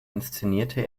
inszenierte